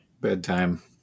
bedtime